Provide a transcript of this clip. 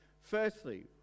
Firstly